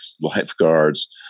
lifeguards